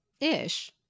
ish